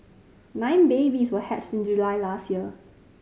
nine babies were hatched in July last year